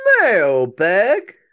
Mailbag